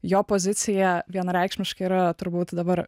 jo pozicija vienareikšmiškai yra turbūt dabar